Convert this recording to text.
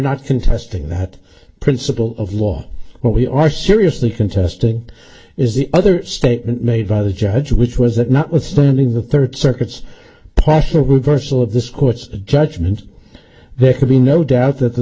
not contesting that principle of law but we are seriously contesting is the other statement made by the judge which was that notwithstanding the third circuit's potter reversal of this court's judgment there could be no doubt that the